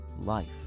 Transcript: life